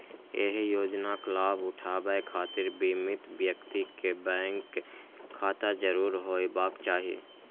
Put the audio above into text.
एहि योजनाक लाभ उठाबै खातिर बीमित व्यक्ति कें बैंक खाता जरूर होयबाक चाही